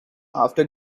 after